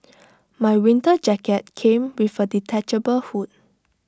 my winter jacket came with A detachable hood